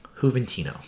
Juventino